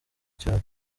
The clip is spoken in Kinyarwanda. cyaro